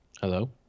Hello